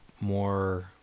more